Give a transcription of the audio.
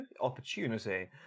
opportunity